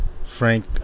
frank